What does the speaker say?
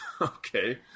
Okay